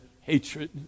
hatred